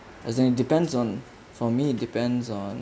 as in it depends on for me it depends on